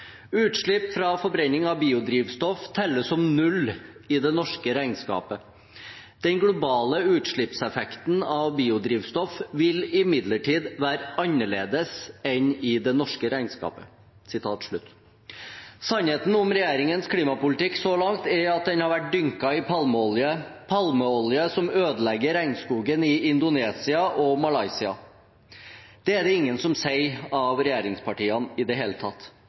fra forbrenning av biodrivstoff teller som null i det norske regnskapet. Den globale utslippseffekten av biodrivstoff vil imidlertid være annerledes enn i det norske regnskapet.». Sannheten om regjeringens klimapolitikk så langt er at den har vært dynket i palmeolje – palmeolje som ødelegger regnskogen i Indonesia og Malaysia. Det er det ingen fra regjeringspartiene som sier, i det hele tatt.